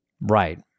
Right